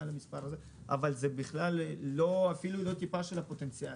למספר הזה אבל זה אפילו לא טיפה של הפוטנציאל.